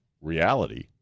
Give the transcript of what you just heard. reality